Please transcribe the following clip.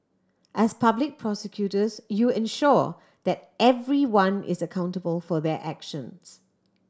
as public prosecutors you ensure that everyone is accountable for their actions